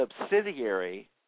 subsidiary